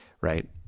right